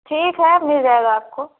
ठीक है मिल जाएगा आपको